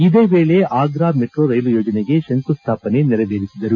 ಇದೇ ವೇಳೆ ಆಗ್ರಾ ಮೆಟ್ರೋ ರೈಲು ಯೋಜನೆಗೆ ಶಂಕುಸ್ವಾಪನೆ ನೆರವೇರಿಸಿದರು